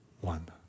one